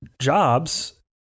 jobs